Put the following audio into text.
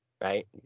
right